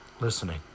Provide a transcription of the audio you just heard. listening